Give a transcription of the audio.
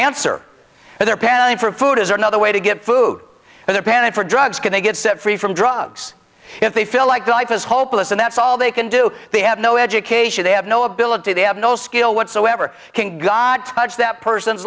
answer for their parent for food is another way to get food but the panic for drugs can they get set free from drugs if they feel like their life is hopeless and that's all they can do they have no education they have no ability they have no skill whatsoever can god touch that person's